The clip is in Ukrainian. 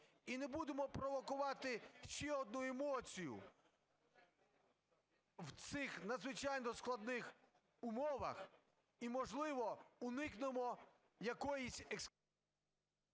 І не будемо провокувати ще одну емоцію в цих надзвичайно складних умовах і, можливо, уникнемо якоїсь…